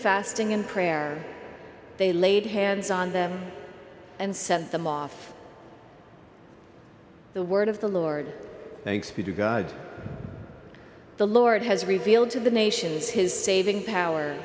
fasting in prayer they laid hands on them and sent them off the word of the lord thanks be to god the lord has revealed to the nations his saving power